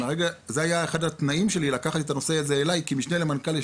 זה היה אחד התנאים שלי לקחת את הנושא הזה אליי ישירות כמשנה למנכ"ל.